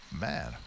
man